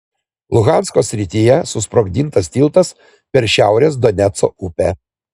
luhansko srityje susprogdintas tiltas per šiaurės doneco upę